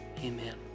Amen